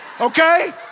Okay